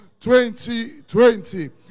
2020